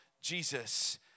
Jesus